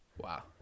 Wow